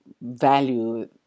value